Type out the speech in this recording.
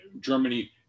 Germany